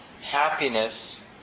happiness